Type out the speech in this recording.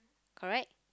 correct